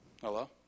Hello